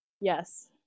yes